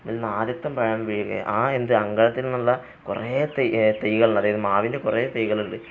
അതിൽ നിന്ന് ആദ്യത്തെ പഴം വീഴുകയാണ് ആ എന്ത് അങ്കണത്തിൽ നിന്നുള്ള കുറേ തൈകൾ അതായത് മാവിൻ്റെ കുറേ തൈകളുണ്ട്